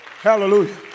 Hallelujah